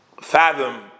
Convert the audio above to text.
fathom